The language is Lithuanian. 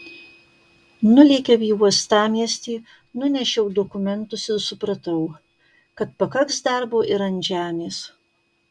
nulėkiau į uostamiestį nunešiau dokumentus ir supratau kad pakaks darbo ir ant žemės